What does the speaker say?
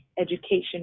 education